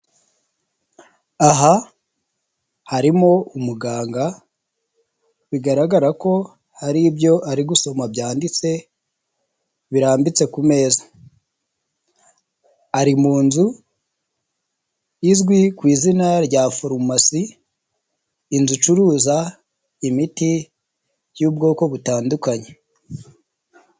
aha harimo umuganga bigaragara ko hari byo ari gusoma byanditse birarimbitse ku meza, ari mu nzu izwi kw'izina rya farumasi inzu icuruza imiti y'ubwoko butandukanye.